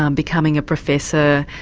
um becoming a professor,